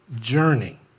journey